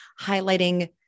highlighting